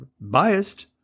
biased